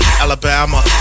Alabama